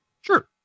Sure